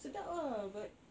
sedap ah but